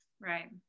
Right